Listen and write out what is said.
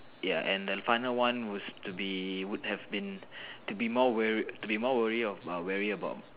ya and the final was to be would have been to be more wary to be wary of wary about